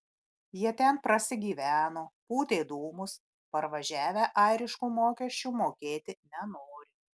jie ten prasigyveno pūtė dūmus parvažiavę airiškų mokesčių mokėti nenori